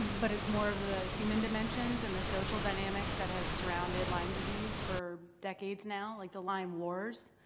but it's more of the human dimensions and the social dynamics that have surrounded lyme disease for decades now, like the lyme wars.